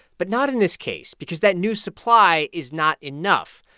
but not in this case because that new supply is not enough.